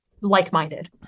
like-minded